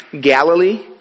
Galilee